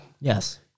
Yes